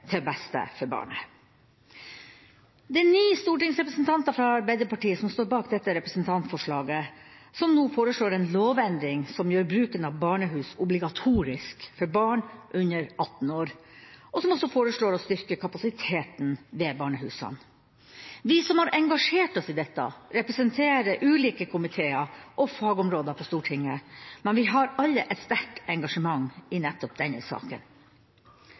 det beste for barnet. Det er ni stortingsrepresentanter fra Arbeiderpartiet som står bak representantforslaget der det blir foreslått en lovendring som gjør bruken av barnehus obligatorisk for barn under 18 år, og der det også foreslås å styrke kapasiteten ved barnehusene. Vi som har engasjert i oss i dette, representerer ulike komiteer og fagområder på Stortinget, men vi har alle et sterkt engasjement i nettopp denne saken.